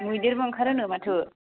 मैदेरबो आंखारो नो माथो